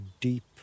deep